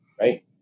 Right